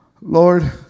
Lord